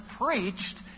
preached